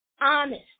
honest